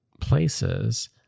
places